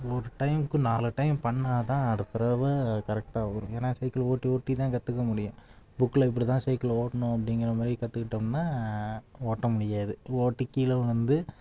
ஒரு டைம்க்கு நாலு டைம் பண்ணிணா தான் அடுத்த தடவ கரெக்டாக வரும் ஏன்னால் சைக்கிள் ஓட்டி ஓட்டி தான் கற்றுக்க முடியும் புக்கில் இப்படி தான் சைக்கிள் ஓட்டணும் அப்படிங்கிற மாதிரி கற்றுக்கிட்டம்னா ஓட்ட முடியாது ஓட்டி கீழே விழுந்து